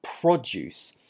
produce